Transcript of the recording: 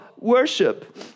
worship